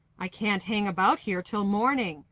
i can't hang about here till morning.